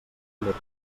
decret